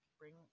bring